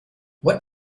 what